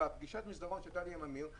בפגישת המסדרון שהייתה לי עם אמיר,